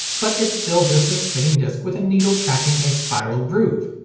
but it's still just a spinning disc with a needle tracking a spiral groove.